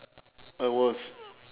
I was